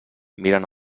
miren